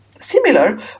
Similar